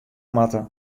moatte